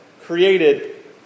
created